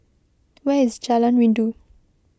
where is Jalan Rindu